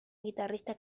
guitarrista